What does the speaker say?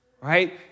right